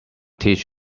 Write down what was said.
teach